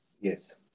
Yes